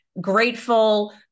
grateful